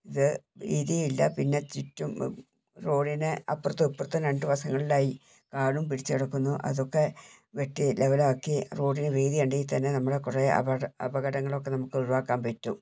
ഇത് വീതിയുവില്ല പിന്നെ ചുറ്റും റോഡിനെ അപ്പുറത്തും ഇപ്പുറത്തും രണ്ട് വശങ്ങളിലായി കാടും പിടിച്ച് കിടക്കുന്നു അതൊക്കെ വെട്ടി ലെവലാക്കി റോഡിന് വീതിയുണ്ടങ്കിൽ തന്നെ നമ്മളെ കുറേ അപ അപകടങ്ങളൊക്കെ നമുക്ക് ഒഴുവാക്കാൻ പറ്റും